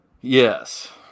Yes